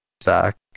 stack